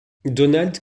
donald